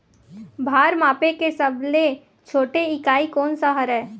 भार मापे के सबले छोटे इकाई कोन सा हरे?